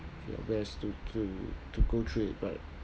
your best to to to go through it but